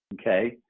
Okay